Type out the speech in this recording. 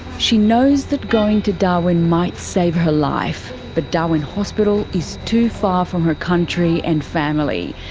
she knows that going to darwin might save her life. but darwin hospital is too far from her country and family.